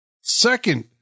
second